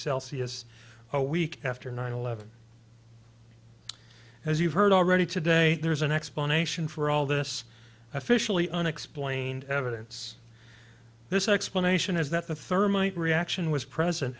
celsius a week after nine eleven as you've heard already today there's an explanation for all this officially unexplained evidence this explanation is that the thermite reaction was present